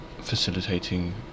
facilitating